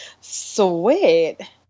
Sweet